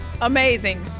Amazing